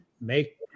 make